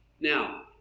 Now